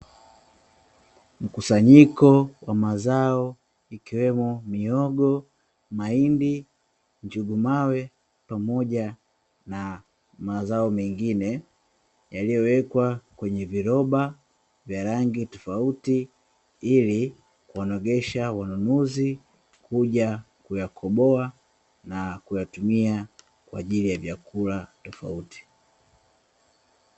Mkusanyiko wa mazao ikiwemo mihogo, mahindi, njugu mawe pamoja na mazao mengine. yaliyowekwa kwenye viroba vya rangi tofauti ili kuwanogesha wanunuzi kuja kuyakoboa na kuyatumia kwa ajili ya vyakula tofauti.